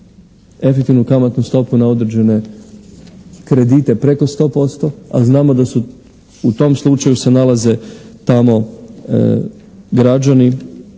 efektivnu kamatnu stopu na određene kredite preko 100% a znamo da su u tom slučaju se nalaze tamo građani